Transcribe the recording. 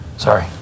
Sorry